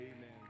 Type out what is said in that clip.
Amen